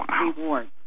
reward